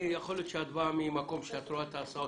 יכול להיות שאת באה ממקום שאת רואה את ההסעות,